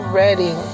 ready